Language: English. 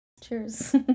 Cheers